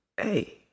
Hey